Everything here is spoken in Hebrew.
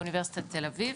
באוניברסיטת תל אביב.